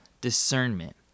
discernment